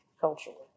culturally